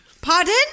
Pardon